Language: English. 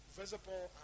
visible